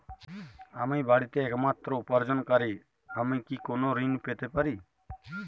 আমি বাড়িতে একমাত্র উপার্জনকারী আমি কি কোনো ঋণ পেতে পারি?